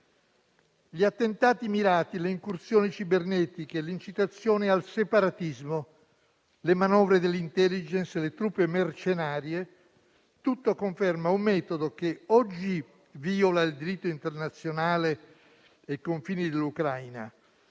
gli attentati mirati, le incursioni cibernetiche, l'incitazione al separatismo, le manovre dell'*intelligence*, le truppe mercenarie confermano un metodo che oggi viola il diritto internazionale e i confini dell'Ucraina;